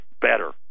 better